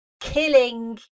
killing